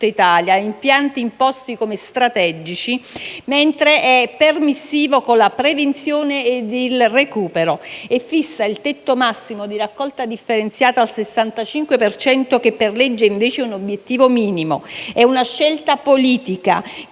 Italia (impianti imposti come strategici), mentre è permissivo con la prevenzione e il recupero e fissa il tetto massimo di raccolta differenziata al 65 per cento, che per legge è invece un obiettivo minimo. Si tratta di una scelta politica che